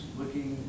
looking